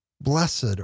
Blessed